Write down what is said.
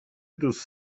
دوست